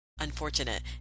Unfortunate